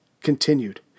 continued